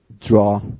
draw